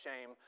shame